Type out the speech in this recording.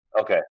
Okay